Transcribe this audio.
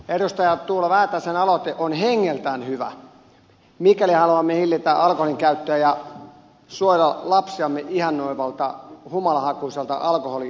edustaja tuula väätäisen aloite on hengeltään hyvä mikäli haluamme hillitä alkoholinkäyttöä ja suojella lapsiamme humalahakuisuutta ihannoivalta alkoholikulttuurilta